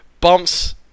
Bumps